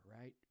right